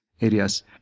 areas